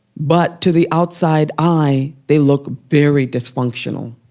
but to the outside eye, they look very dysfunctional.